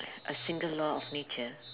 a single law of nature